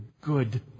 good